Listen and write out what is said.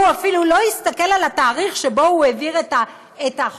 הוא אפילו לא הסתכל על התאריך שבו הוא העביר את החוק,